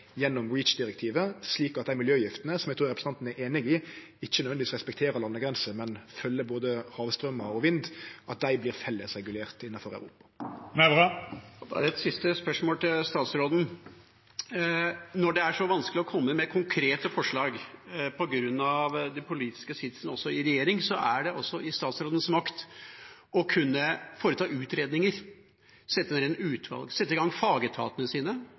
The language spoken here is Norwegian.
gjennom REACH-direktivet, slik at desse miljøgiftene, som eg trur representanten er einig i ikkje nødvendigvis respekterer landegrenser, men følgjer både havstraumar og vind, vert fellesregulerte innanfor Europa. Bare et siste spørsmål til statsråden: Når det er så vanskelig å komme med konkrete forslag på grunn av den politiske sitsen i regjering, så er det også i statsrådens makt å kunne foreta utredninger, sette ned utvalg, sette i gang fagetatene sine,